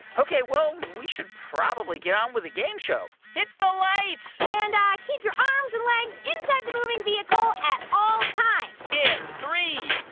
ok, well, we should probably get on with the game show. hit the lights and keep your arms and legs inside the moving vehicle at all times in three,